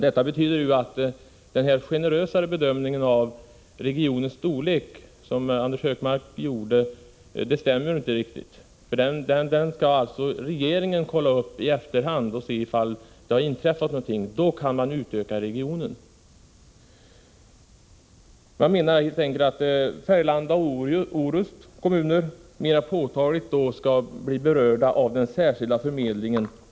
Detta betyder att den generösare bedömning av regionens storlek som Anders Högmark gjorde inte helt stämmer. Regeringen skall i efterhand kontrollera om det har inträffat något som medför att man kan utöka regionen. Jag menar helt enkelt att Färgelanda och Orust kommuner mera påtagligt skall bli berörda av den särskilda förmedlingen.